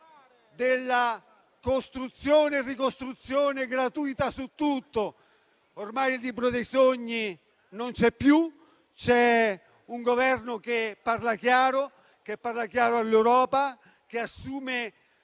della costruzione e ricostruzione gratuita su tutto. Ormai il libro dei sogni non c'è più: c'è un Governo che parla chiaro, che parla chiaro all'Europa e assume